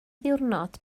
ddiwrnod